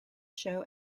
show